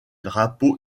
drapeaux